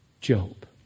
Job